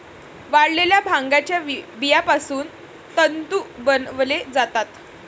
वाळलेल्या भांगाच्या बियापासून तंतू बनवले जातात